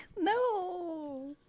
no